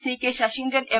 C K Saseendran M